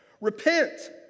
repent